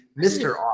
Mr